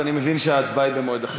אז אני מבין שההצבעה במועד אחר.